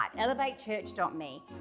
elevatechurch.me